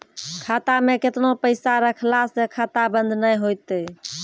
खाता मे केतना पैसा रखला से खाता बंद नैय होय तै?